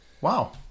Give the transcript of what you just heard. Wow